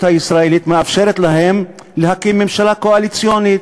הישראלית מאפשרת להן להקים ממשלה קואליציונית,